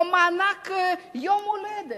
או מענק יום הולדת,